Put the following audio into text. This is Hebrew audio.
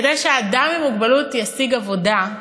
כדי שאדם עם מוגבלות ישיג עבודה,